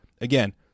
Again